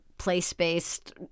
place-based